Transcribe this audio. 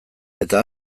eta